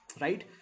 right